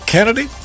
Kennedy